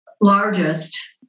largest